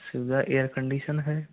सुविधा air condition है